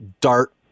dart